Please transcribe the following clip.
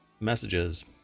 messages